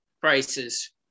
prices